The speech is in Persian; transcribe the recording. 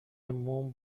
موم